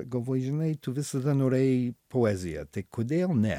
galvoju žinai tu visada norėjai poeziją tai kodėl ne